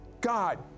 God